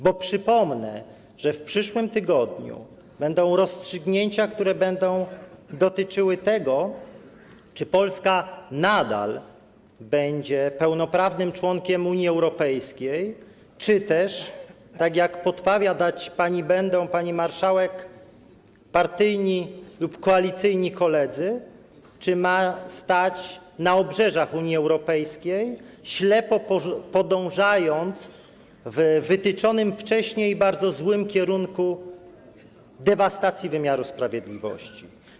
Bo przypomnę, że w przyszłym tygodniu będą rozstrzygnięcia, które będą dotyczyły tego, czy Polska nadal będzie pełnoprawnym członkiem Unii Europejskiej, czy też - tak jak będą podpowiadać pani, pani marszałek, partyjni lub koalicyjni koledzy - ma stać na obrzeżach Unii Europejskiej, ślepo podążając w wytyczonym wcześniej bardzo złym kierunku dewastacji wymiaru sprawiedliwości.